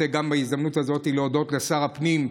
בהזדמנות הזאת אני רוצה להודות לשר הפנים,